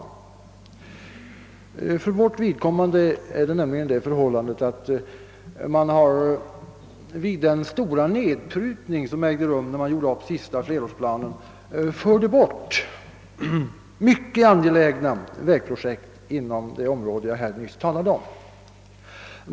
För vårt vidkommande är förhållandet nämligen det, att man vid den stora nedprutningen i den senaste flerårsplanen förde bort mycket angelägna vägprojekt inom det område, som jag nyss talade om.